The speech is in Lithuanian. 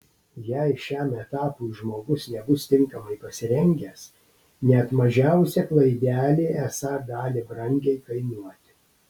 jei šiam etapui žmogus nebus tinkamai pasirengęs net mažiausia klaidelė esą gali brangiai kainuoti